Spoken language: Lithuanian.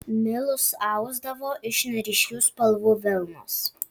milus ausdavo iš neryškių spalvų vilnos